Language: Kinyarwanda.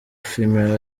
female